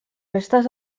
restes